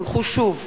הונחו שוב,